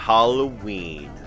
Halloween